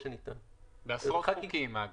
הביטוי "כל שניתן" מופיע בעשרות חוקים.